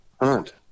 hunt